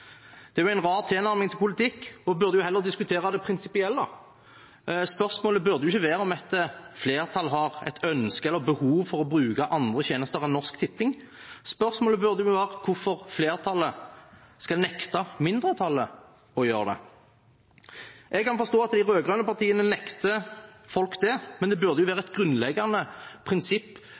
Det blir en rar tilnærming til politikk. Vi burde heller diskutere det prinsipielle. Spørsmålet burde ikke være om et flertall har et ønske eller et behov for å bruke andre tjenester enn Norsk Tipping, spørsmålet burde være hvorfor flertallet skal nekte mindretallet å gjøre det. Jeg kan forstå at de rød-grønne partiene nekter folk det, men det burde være et grunnleggende prinsipp